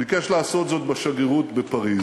הוא ביקש לעשות זאת בשגרירות בפריז.